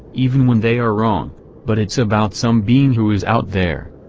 even when they are wrong but it's about some being who is out there.